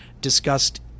discussed